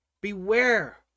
Beware